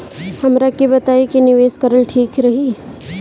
हमरा के बताई की निवेश करल ठीक रही?